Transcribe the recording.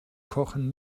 kochen